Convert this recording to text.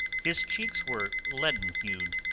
his cheeks were leaden-hued,